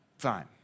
time